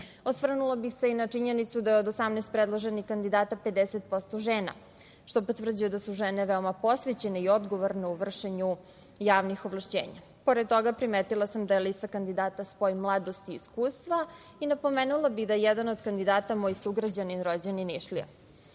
bih se i na činjenicu da je od 18 predloženih kandidata 50% žena, što potvrđuje da su žene veoma posvećene i odgovorne u vršenju javnih ovlašćenja pored toga, primetila sam da je lista kandidata spoj mladosti i iskustva i napomenula bih da je jedan od kandidata moj sugrađanin, rođeni